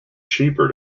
cheaper